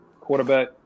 quarterback